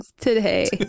Today